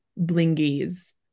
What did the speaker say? blingies